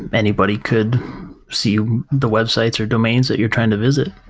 anybody could see the websites, or domains that you're trying to visit,